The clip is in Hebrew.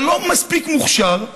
אתה לא מספיק מוכשר.